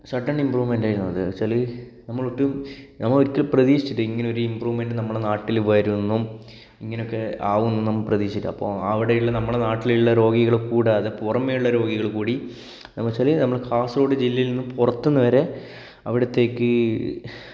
sudden improvement ആയിരുന്നു അത് എന്ന് വെച്ചാല് നമ്മള് ഒട്ടും നമ്മളൊരിക്കലും പ്രതീക്ഷിച്ചിട്ടില്ല ഇങ്ങനെ ഒരു മാറ്റം നമ്മളുടെ നാട്ടില് വരുമെന്നും ഇങ്ങനെ ഒക്കെ ആകുമെന്നും നമ്മൾ പ്രതീക്ഷിച്ചിട്ടില്ല അപ്പോൾ അവിടെ ഉള്ള നമ്മളുടെ നാട്ടിലുള്ള രോഗികള് കൂടാതെ പുറമെ ഉള്ള രോഗികള് കൂടി എന്ന് വെച്ചാല് നമ്മുടെ കാസർഗോഡ് ജില്ലയിൽ നിന്നും പുറത്ത് നിന്ന് വരെ അവിടുത്തേക്ക്